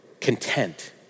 content